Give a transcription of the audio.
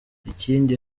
ikindi